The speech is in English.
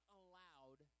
allowed